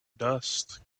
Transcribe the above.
dust